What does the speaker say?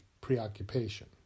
preoccupation